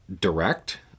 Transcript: direct